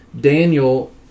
Daniel